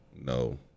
no